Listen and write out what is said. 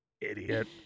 Idiot